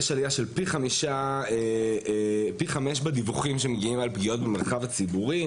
יש עלייה של פי חמש בדיווחים שמגיעים על פגיעות במרחב הציבורי,